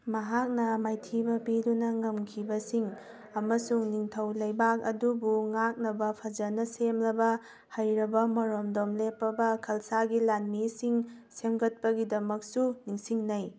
ꯃꯍꯥꯛꯅ ꯃꯥꯏꯊꯤꯕ ꯄꯤꯗꯨꯅ ꯉꯝꯈꯤꯕꯁꯤꯡ ꯑꯃꯁꯨꯡ ꯅꯤꯡꯊꯧ ꯂꯩꯕꯥꯛ ꯑꯗꯨꯕꯨ ꯉꯥꯛꯅꯕ ꯐꯖꯅ ꯁꯦꯝꯂꯕ ꯍꯩꯔꯕ ꯃꯔꯣꯝꯗꯣꯝ ꯂꯦꯞꯄꯕ ꯈꯜꯁꯥꯒꯤ ꯂꯥꯟꯃꯤꯁꯤꯡ ꯁꯦꯝꯒꯠꯄꯒꯤꯗꯃꯛꯁꯨ ꯅꯤꯡꯁꯤꯡꯅꯩ